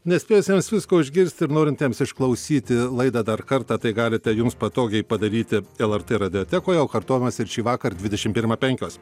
nespėjusiems visko išgirsti ir norintiems išklausyti laidą dar kartą tai galite jums patogiai padaryti lrt radiotekoje o kartojimas ir šįvakar dvidešim pirmą penkios